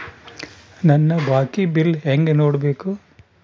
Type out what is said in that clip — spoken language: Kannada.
ನನ್ನ ಬಾಕಿ ಬಿಲ್ ಹೆಂಗ ನೋಡ್ಬೇಕು?